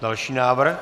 Další návrh.